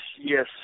yes